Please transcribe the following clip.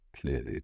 clearly